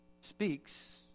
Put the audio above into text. speaks